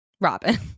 Robin